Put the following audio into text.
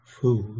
food